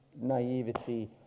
naivety